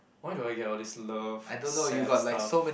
why do I get all this love sad stuff